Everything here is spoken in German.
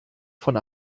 von